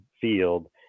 field